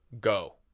go